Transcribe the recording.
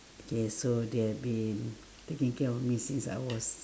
k so they have been taking care of me since I was